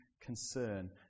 concern